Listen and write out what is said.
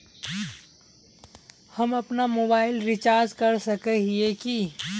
हम अपना mobile recharge कर सकय हिये की?